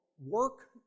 work